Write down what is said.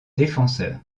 défenseur